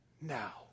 now